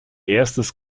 erstes